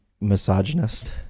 misogynist